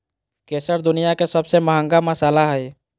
केसर दुनिया के सबसे महंगा मसाला हइ